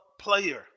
player